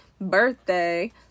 birthday